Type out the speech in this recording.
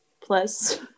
Plus